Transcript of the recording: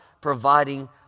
providing